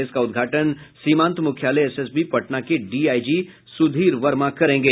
इसका उद्घाटन सीमांत मुख्यालय एसएसबी पटना के डीआईजी सुधीर वर्मा करेंगे